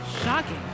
Shocking